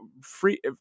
free